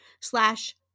slash